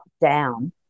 down